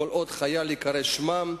כל עוד חייל ייקרא שמם,